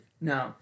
No